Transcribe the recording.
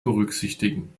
berücksichtigen